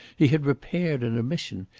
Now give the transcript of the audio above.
he had repaired an omission.